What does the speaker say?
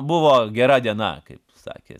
buvo gera diena kaip sakė